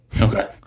Okay